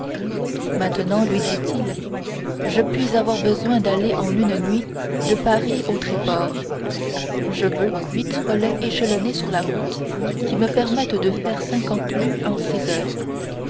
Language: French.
maintenant lui dit-il je puis avoir besoin d'aller en une nuit de paris au tréport je veux huit relais échelonnés sur la route qui me permettent de faire cinquante lieues en dix heures